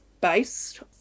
based